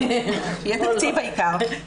יהיה תקציב העיקר.